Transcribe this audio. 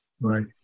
Right